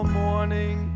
morning